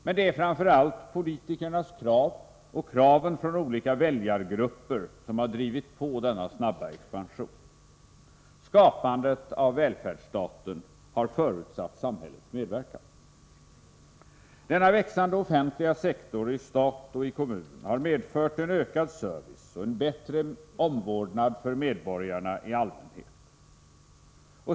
Men det är framför allt politikernas krav och kraven från olika väljargrupper som har drivit på denna snabba expansion. Skapandet av välfärdsstaten har förutsatt samhällets medverkan. Denna växande offentliga sektor i stat och i kommun har medfört en ökad service och en bättre omvårdnad för medborgarna i allmänhet.